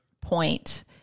point